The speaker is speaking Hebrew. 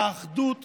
האחדות שבירושלים.